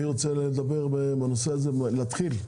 מי רוצה לדבר בנושא הזה, להתחיל?